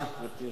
13